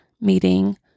meeting